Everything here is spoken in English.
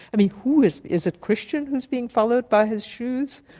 i mean, who, is is it christian who is being followed by his shoes,